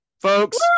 folks